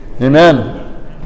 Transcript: Amen